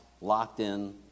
locked-in